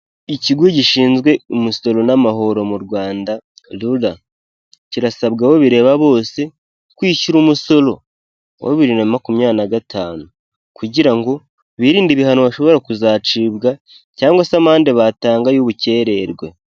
Ikigo gishinzwe imusoro n'amahoro mu Rwanda rura, kirasaba abo bireba bose kwishyura umusoro wa bibiri na makumyabiri na gatanu kugira ngo birinde ibihano bashobora kuzacibwa cyangwa se amande batanga y'ubukererwe.